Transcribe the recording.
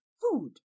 food